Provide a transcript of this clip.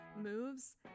moves